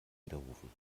widerrufen